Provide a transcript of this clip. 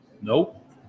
Nope